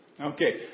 Okay